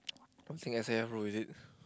S_A_F bro is it